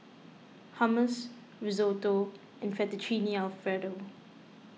Hummus Risotto and Fettuccine Alfredo